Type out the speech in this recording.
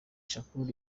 shakur